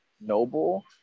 noble